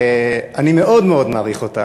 אני מאוד מאוד מעריך אותך,